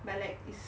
but like it's